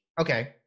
okay